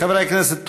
חברי הכנסת,